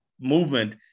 movement